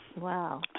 Wow